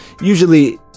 usually